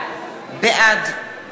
בעד